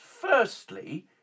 Firstly